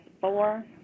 four